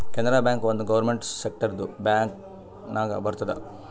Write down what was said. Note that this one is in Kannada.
ಕೆನರಾ ಬ್ಯಾಂಕ್ ಒಂದ್ ಗೌರ್ಮೆಂಟ್ ಸೆಕ್ಟರ್ದು ಬ್ಯಾಂಕ್ ನಾಗ್ ಬರ್ತುದ್